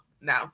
no